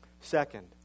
Second